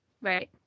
Right